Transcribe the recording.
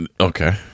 Okay